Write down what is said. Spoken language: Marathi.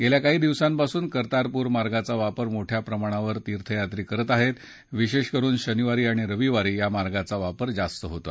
गेल्या काही दिवसांपासून कर्तारपूर मार्गाचा वापर मोठ्या प्रमाणावर तीर्थयात्री करत आहेत विशेष करुन शनिवार रविवारी या मार्गाचा वापर जास्त होतो